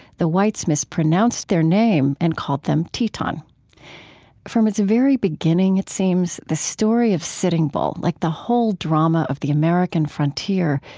the whites mispronounced their name and called them teton from its very beginning, it seems, the story of sitting bull, like the whole drama of the american frontier,